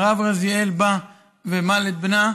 והרב רזיאל בא ומל את בנה.